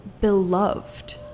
beloved